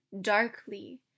darkly